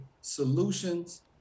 solutions